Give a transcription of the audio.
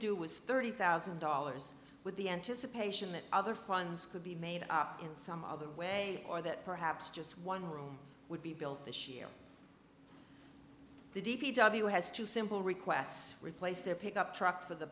was thirty thousand dollars with the anticipation that other funds could be made in some other way or that perhaps just one room would be built this year the d p w has two simple requests replace their pick up truck for the